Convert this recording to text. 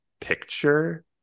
picture